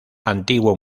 antiguo